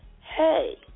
hey